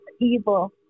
evil